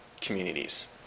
communities